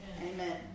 Amen